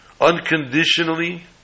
unconditionally